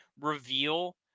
reveal